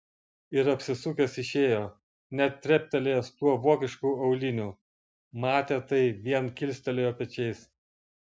ir apsisukęs išėjo net treptelėjęs tuo vokišku auliniu matę tai vien kilstelėjo pečiais